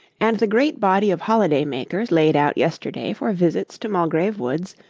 and the great body of holiday-makers laid out yesterday for visits to mulgrave woods,